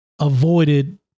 Avoided